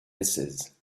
misses